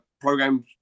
program